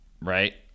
Right